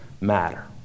matter